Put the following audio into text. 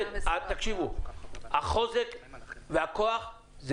החוזק והכוח,